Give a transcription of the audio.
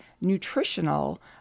nutritional